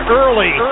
early